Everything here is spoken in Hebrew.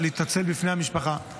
ומתנצל בפני המשפחה,